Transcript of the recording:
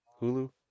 Hulu